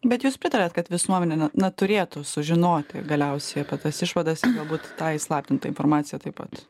bet jūs pritariat kad visuomenė na na turėtų sužinoti galiausiai apie tas išvadas ir galbūt tą įslaptintą informaciją taip pat